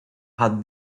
had